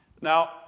Now